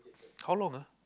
how long ah